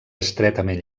estretament